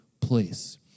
place